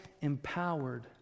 empowered